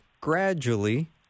gradually